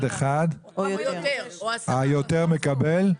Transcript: היותר מקבל?